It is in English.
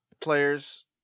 players